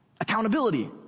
Accountability